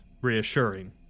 reassuring